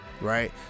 right